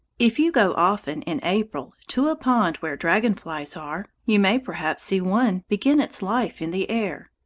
if you go often in april to a pond where dragon-flies are, you may perhaps see one begin its life in the air.